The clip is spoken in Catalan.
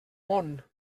món